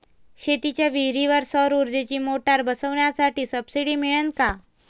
शेतीच्या विहीरीवर सौर ऊर्जेची मोटार बसवासाठी सबसीडी मिळन का?